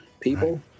people